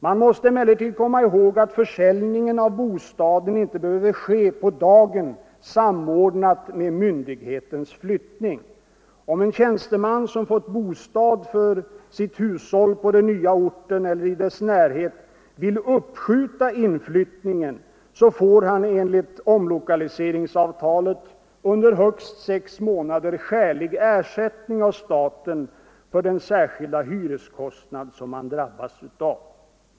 Man måste emellertid komma ihåg att försäljningen av bostaden inte behöver ske på dagen samordnat med myndighetens flyttning. Om en tjänsteman som fått bostad för sitt hushåll på den nya orten eller i dess närhet vill uppskjuta inflyttningen får han enligt ”omlokaliseringsavtalet” under högst sex månader skälig ersättning av staten för den särskilda hyreskostnad som han drabbas av.